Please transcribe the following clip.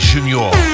Junior